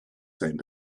same